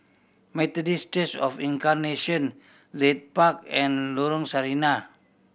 Methodist Church Of Incarnation Leith Park and Lorong Sarina